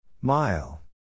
Mile